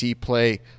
play